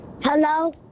Hello